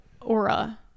Aura